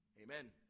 Amen